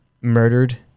murdered